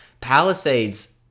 Palisades